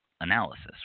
analysis